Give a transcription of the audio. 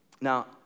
Now